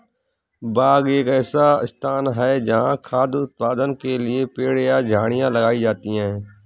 बाग एक ऐसा स्थान है जहाँ खाद्य उत्पादन के लिए पेड़ या झाड़ियाँ लगाई जाती हैं